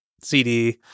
cd